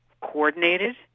coordinated